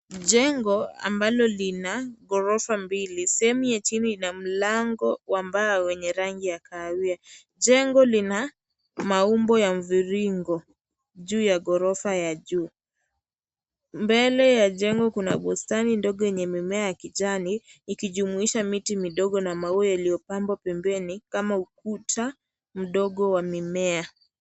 Jengo ambalo lina ghorofa mbili sehemu ya chini ina mlango wa mbao wenye rangi ya kahawia jengo lina maumbo ya mviringo juu ya ghorofa ya juu, mbele ya jengo kuna bustani ndogo lenye mimea ya kijani ikijumuisha miti midogo na maua yaliyobambwa pembeni kama ukuta mdogo wa mimea.